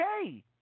okay